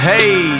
Hey